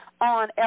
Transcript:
on